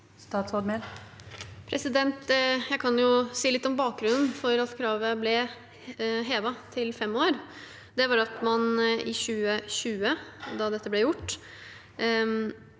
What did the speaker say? Emilie Mehl Jeg kan jo si litt om bakgrunnen for at kravet ble hevet til fem år. Det var at man i 2020, da dette ble gjort,